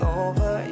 over